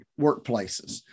workplaces